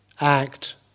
act